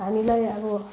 हामीलाई अब